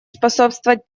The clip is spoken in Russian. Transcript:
способствовать